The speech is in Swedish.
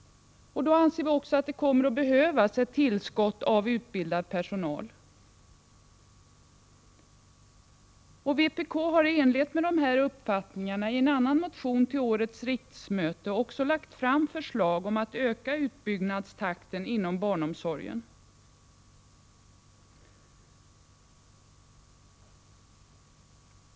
Då kommer det också att behövas ett tillskott av utbildad personal. Vpk har i enlighet med dessa uppfattningar i en annan motion till årets riksmöte också lagt fram förslag om att öka utbyggnadstakten inom barnomsorgen.